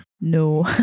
No